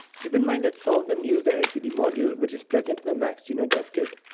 keep in mind that some of them use the lcd module which is present in the maixduino dev kit,